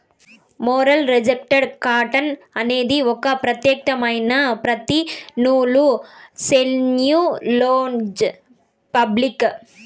mercerised cotton అనేది ఒక ప్రత్యేకమైన పత్తి నూలు సెల్యులోజ్ ఫాబ్రిక్